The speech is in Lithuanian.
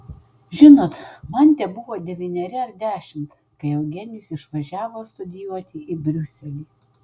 žinot man tebuvo devyneri ar dešimt kai eugenijus išvažiavo studijuoti į briuselį